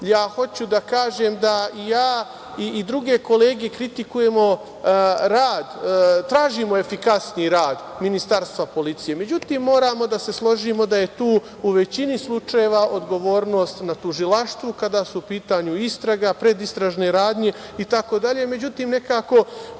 ja hoću da kažem, da ja i druge kolege kritikujemo rad, tražimo efikasniji rad Ministarstva policije. Međutim, moramo da se složimo da je tu u većini slučajeva odgovornost na tužilaštvu kada su u pitanju istraga, predistražne radnje, itd.